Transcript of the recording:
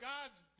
God's